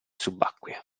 subacquea